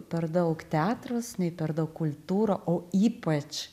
per daug teatras nei per daug kultūra o ypač